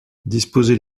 disposez